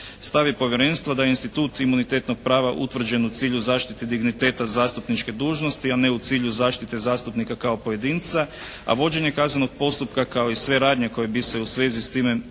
Stav je Povjerenstva da je institut imunitetnog prava utvrđen u cilju zaštite digniteta zastupničke dužnosti, a ne u cilju zaštite zastupnika kao pojedinca, a vođenje kaznenog postupka kao i sve radnje koje bi se u svezi s time morale